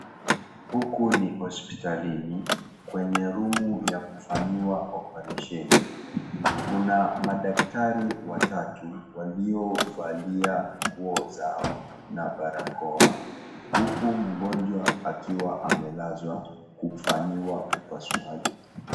Huko ni hospitalini kwenye rumu ya kufanyiwa oparesheni. Kuna madaktari watatu waliovalia nguo zao na barakoa. Huku mgonjwa akiwa amelazwa kufanyiwa upasuaji.